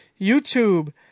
YouTube